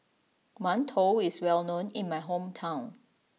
Mantou is well known in my hometown